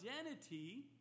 identity